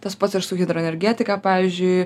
tas pats ir su hidroenergetika pavyzdžiui